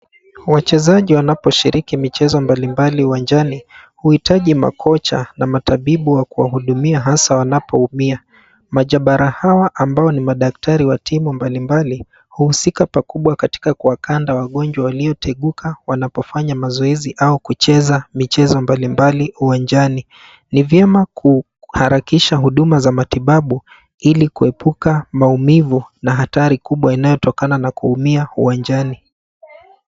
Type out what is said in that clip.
Wachezaji wanaposhiriki michezo mbali mbali uwanjani huhitaji makocha na matabibuvwa kuwahudumia hasa wanapoumia. Hawa ambao ni madaktari wa tiba mbali mbali huhusika pakubwa katika kuwakanda wagonjwa waliiteguka wakifanya mazoezi au kucheza uwanjani. Ni vyema kufanya mazoezi na matibabu ili kuepika maumivu na hatari kubwa inayotokana na kuumia uwanjani.